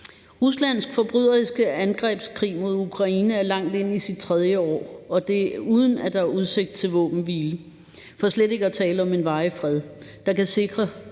Ruslands forbryderiske angrebskrig mod Ukraine er langt inde i sit tredje år, og det er, uden at der er udsigt til våbenhvile for slet ikke at tale om en varig fred, der kan sikre